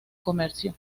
comercio